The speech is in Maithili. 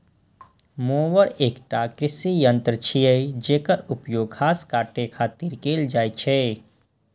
मोवर एकटा कृषि यंत्र छियै, जेकर उपयोग घास काटै खातिर कैल जाइ छै